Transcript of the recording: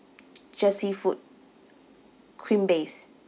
just seafood cream based